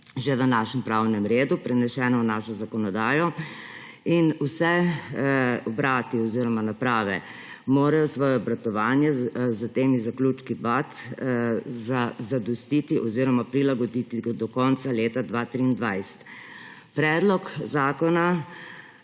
že v našem pravnem redu, prenesena je v našo zakonodajo. Vsi obrati oziroma naprave morajo svoje obratovanje tem zaključkom BAT zadostiti oziroma se jim prilagoditi do konca leta 2023. Predlog zakona